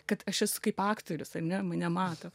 kad aš esu kaip aktorius ane mane mato